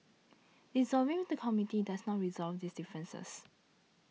dissolving the Committee does not resolve these differences